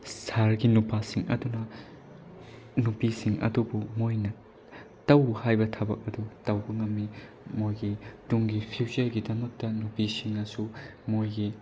ꯁꯍꯔꯒꯤ ꯅꯨꯄꯥꯁꯤꯡ ꯑꯗꯨꯅ ꯅꯨꯄꯤꯁꯤꯡ ꯑꯗꯨꯕꯨ ꯃꯣꯏꯅ ꯇꯧ ꯍꯥꯏꯕ ꯊꯕꯛ ꯑꯗꯨ ꯇꯧꯕ ꯉꯝꯃꯤ ꯃꯣꯏꯒꯤ ꯇꯨꯡꯒꯤ ꯐꯤꯎꯆꯔꯒꯤ ꯗꯃꯛꯇ ꯅꯨꯄꯤꯁꯤꯡꯅꯁꯨ ꯃꯣꯏꯒꯤ